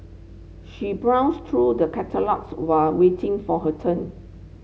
she browsed through the catalogues while waiting for her turn